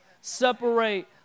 separate